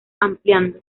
ampliando